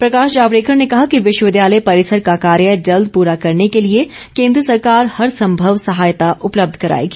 प्रकाश जावड़ेकर ने कहा कि विश्वविद्यालय परिसर का कार्य जल्द पूरा करने के लिए केन्द्र सरकार हर सम्भव सहायता उपलब्ध कराएगी